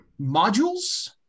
modules